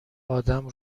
ادم